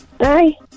hi